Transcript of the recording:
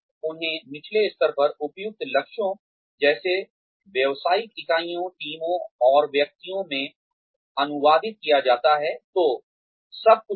और उन्हें निचले स्तरों पर उपयुक्त लक्ष्यों जैसे व्यावसायिक इकाइयों टीमों और व्यक्तियों में अनुवादित किया जाता है